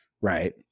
right